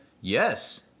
Yes